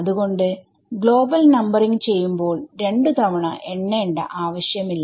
അതുകൊണ്ട് global numbering ചെയ്യുമ്പോൾ രണ്ടുതവണ എണ്ണേണ്ട ആവശ്യമില്ല